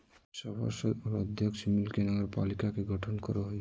सभासद और अध्यक्ष मिल के नगरपालिका के गठन करो हइ